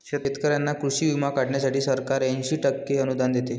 शेतकऱ्यांना कृषी विमा काढण्यासाठी सरकार ऐंशी टक्के अनुदान देते